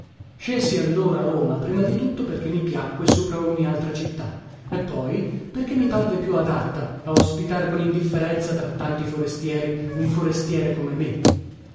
scelsi allora roma prima di tutto perché mi piacque sopra ogni altra città e poi perché mi parve più adatta a ospitar con indifferenza tra tanti forestieri un forestiere come me